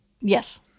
Yes